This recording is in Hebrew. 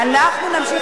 אנחנו נמשיך